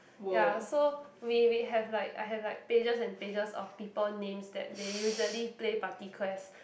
ya so we may have like I have like pages and pages of people names that they usually play party quest